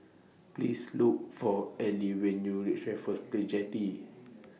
Please Look For Eli when YOU REACH Raffles Place Jetty